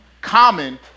common